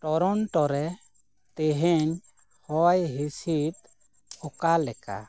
Toronto ᱨᱮ ᱛᱮᱦᱮᱧ ᱦᱚᱭᱦᱤᱸᱥᱤᱫ ᱚᱠᱟᱞᱮᱠᱟ